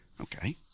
Okay